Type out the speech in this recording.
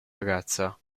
ragazza